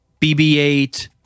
BB-8